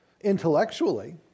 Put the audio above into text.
intellectually